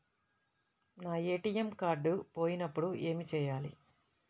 నా ATM card పోయినప్పుడు ఏమి చేయాలి?